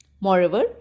Moreover